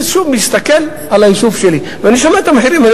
שוב מסתכל על היישוב שלי, ואני שומע את המחירים.